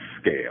scale